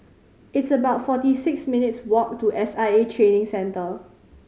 it's about forty six minutes' walk to S I A Training Centre